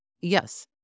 Yes